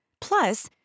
Plus